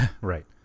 Right